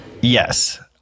Yes